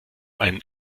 einen